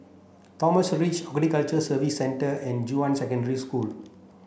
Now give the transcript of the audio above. Ridge Horticulture Services Centre and Junyuan Secondary School